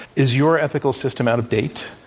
is your ethical system out-of-date?